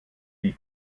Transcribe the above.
die